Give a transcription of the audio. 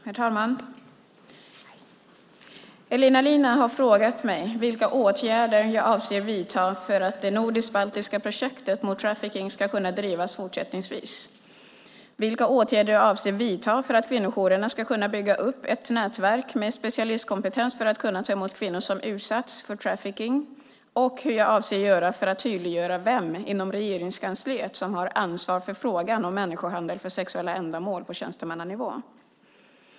Herr talman! Elina Linna har frågat mig vilka åtgärder jag avser att vidta för att det nordisk-baltiska projektet mot trafficking ska kunna drivas fortsättningsvis, vilka åtgärder jag avser att vidta för att kvinnojourerna ska kunna bygga upp ett nätverk med specialistkompetens för att kunna ta emot kvinnor som utsatts för trafficking samt hur jag avser att göra för att tydliggöra vem inom Regeringskansliet som har ansvar för frågan om människohandel för sexuella ändamål på tjänstemannanivå.